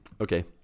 Okay